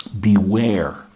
Beware